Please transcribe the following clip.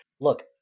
look